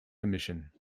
emission